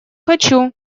хочу